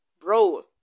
bro